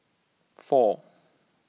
four